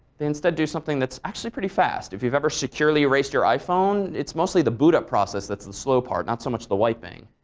they instead do something that's actually pretty fast. if you've ever securely erased your iphone, it's mostly the boot up process that's the slow part not so much the wiping.